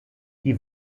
die